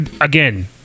again